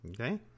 Okay